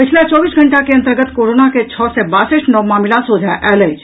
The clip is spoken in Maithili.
पछिला चौबीस घंटा के अन्तर्गत कोरोना के छओ सँ बासठि नव मामिला सोझा आयल अछि